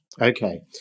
Okay